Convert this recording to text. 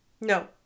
no